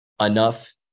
enough